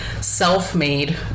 self-made